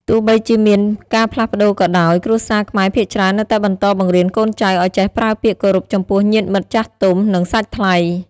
ទោះបីជាមានការផ្លាស់ប្ដូរក៏ដោយ គ្រួសារខ្មែរភាគច្រើននៅតែបន្តបង្រៀនកូនចៅឱ្យចេះប្រើពាក្យគោរពចំពោះញាតិមិត្តចាស់ទុំ និងសាច់ថ្លៃ។